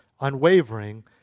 unwavering